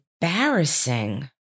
embarrassing